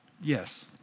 Yes